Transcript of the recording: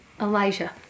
Elijah